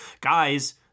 guys